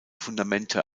fundamente